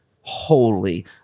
holy